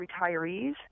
retirees